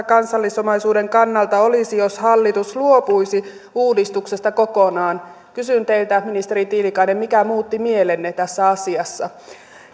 kansallisomaisuuden kannalta olisi jos hallitus luopuisi uudistuksesta kokonaan kysyn teiltä ministeri tiilikainen mikä muutti mielenne tässä asiassa